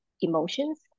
emotions